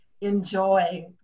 enjoy